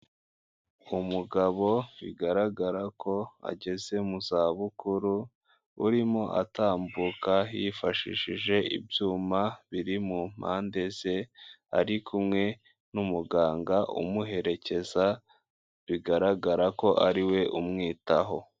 Umugabo bigaragara ko ageze mu za bukuru, urimo atambuka yifashishije ibyuma biri mu mpande ze, ari kumwe n'umuganga umuherekeza bigaragara ko ari we umwitaho.